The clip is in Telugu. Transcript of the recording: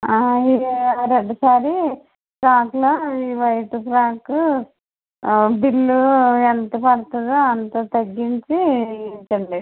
ఇదే రెడ్ శారీ ఫ్రాక్లో ఈ వైట్ ఫ్రాకు బిల్లు ఎంత పడుతుందో అంత తగ్గించి ఇవ్వండి